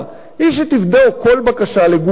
היא שתבדוק כל בקשה לגופה,